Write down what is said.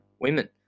women